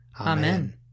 Amen